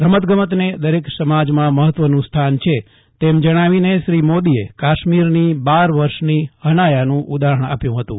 રમત ગમતને દરેક સમાજમાં મહત્વનું સ્થાન છે તેમ જણાવી શ્રી નરેન્દ્ર મોદીએ કાશ્મીરની બાર વર્ષની હનાયાનું ઉદાહરણ આપ્યુ હતું